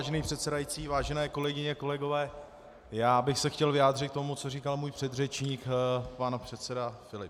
Vážený předsedající, vážené kolegyně a kolegové, já bych se chtěl vyjádřit k tomu, co říkal můj předřečník, pan předseda Filip.